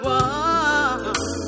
one